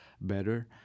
better